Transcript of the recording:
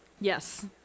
Yes